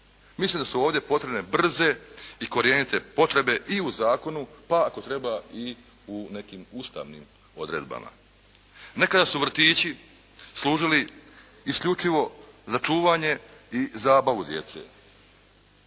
Mislim da su ovdje potrebne brze i korjenite potrebe i u zakonu, pa ako treba i u nekim ustavnim odredbama. Nekada su vrtići služili isključivo za čuvanje i zabavu djece,